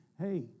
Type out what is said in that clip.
hey